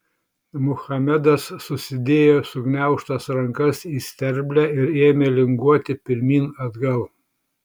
muhamedas susidėjo sugniaužtas rankas į sterblę ir ėmė linguoti pirmyn atgal